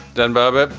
dan barber,